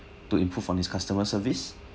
to improve on his customer service